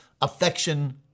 affection